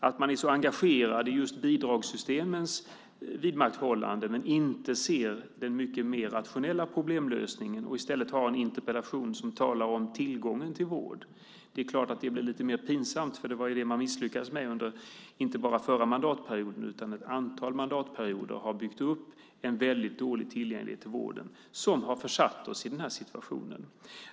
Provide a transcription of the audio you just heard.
Att man är så engagerad i just bidragssystemens vidmakthållande, att man inte ser den mycket mer rationella problemlösningen och i stället har en interpellation som talar om tillgången till vård, blir lite mer pinsamt. Det var ju det man misslyckades med under inte bara den förra mandatperioden. Under ett antal mandatperioder har man byggt upp en väldigt dålig tillgänglighet till vård, vilket har försatt oss i den här situationen.